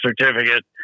certificate